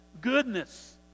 goodness